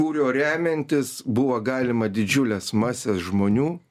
kuriuo remiantis buva galima didžiulės masės žmonių